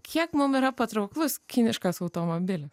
kiek mum yra patrauklus kiniškas automobilis